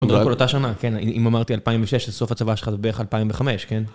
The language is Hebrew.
זה לא כל אותה שנה, כן אם אמרתי 2006, אז סוף הצבא שלך זה בערך 2005, כן?